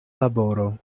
laboro